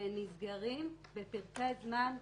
נסגרים בפרקי זמן קצרים.